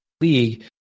League